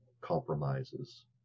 compromises